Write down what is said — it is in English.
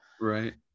right